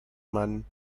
mann